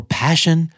passion